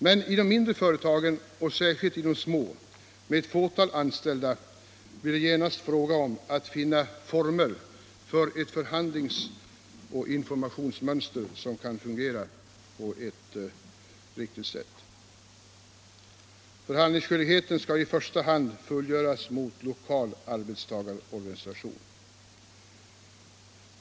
Men i de mindre företagen, och särskilt i de små med ett fåtal anställda, blir det genast fråga om att finna former för ett förhandlingsoch informationsmönster som kan fungera på ett riktigt sätt. Förhandlingsskyldigheten skall i första hand fullgöras mot lokal arbetstagarorganisation.